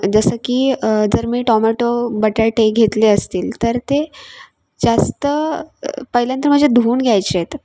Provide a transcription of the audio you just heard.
जसं की जर मी टॉमटो बटाटे घेतले असतील तर ते जास्त पहिल्यांदा म्हणजे धुवून घ्यायचे आहेत